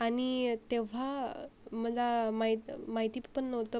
आणि तेव्हा मला माहीत माहिती पण नव्हतं